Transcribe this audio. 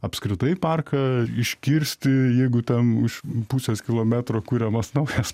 apskritai parką iškirsti jeigu ten už pusės kilometro kuriamas naujas